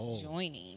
joining